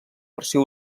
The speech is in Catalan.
versió